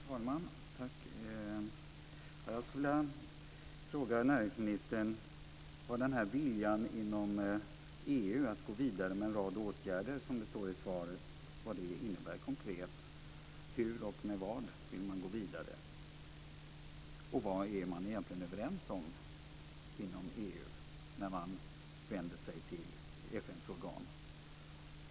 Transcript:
Fru talman! Jag skulle vilja fråga näringsministern om den här viljan inom EU att gå vidare med en rad åtgärder, som det står i svaret. Vad innebär det konkret? Hur och med vad vill man gå vidare? Och vad är man egentligen överens om inom EU när man vänder sig till FN:s organ?